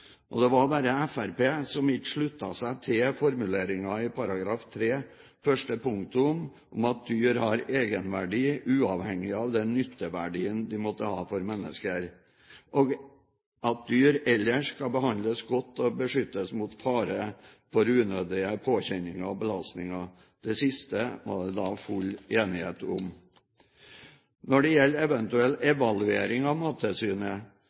Det var bare Fremskrittspartiet som ikke sluttet seg til formuleringen i § 3 første punktum om at dyr «har egenverdi uavhengig av den nytteverdien de måtte ha for mennesker», og at dyr ellers «skal behandles godt og beskyttes mot fare for unødige påkjenninger og belastninger». Dette siste var det da full enighet om. Når det gjelder eventuell evaluering av Mattilsynet,